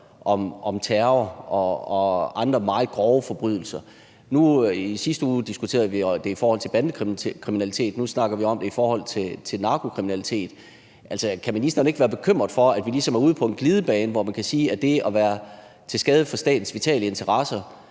om terror og andre meget grove forbrydelser. I sidste uge diskuterede vi det i forhold til bandekriminalitet. Nu snakker vi om det i forhold til narkokriminalitet. Kan ministeren ikke være bekymret for, at vi ligesom er ude på en glidebane, hvor man kan sige, at det at være til skade for statens vitale interesser